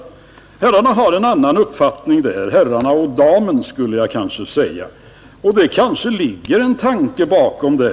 Herrarna har en annan uppfattning där — herrarna och damen skulle jag kanske säga. Det ligger kanske en tanke bakom det.